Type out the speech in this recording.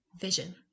Vision